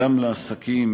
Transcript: גם לעסקים,